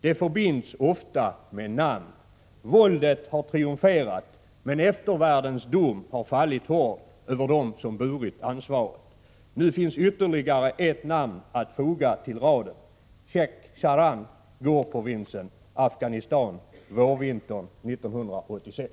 De förbinds ofta med namn. Våldet har triumferat. Men eftervärldens dom har fallit hård över dem som burit ansvaret. Nu finns ytterligare ett namn att foga till raden: Chekh-Charan, Ghoorprovinsen, Afghanistan vårvintern 1986.